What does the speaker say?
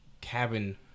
cabin